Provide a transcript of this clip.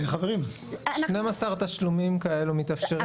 12 תשלומים כאלה מתאפשרים היום?